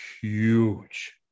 huge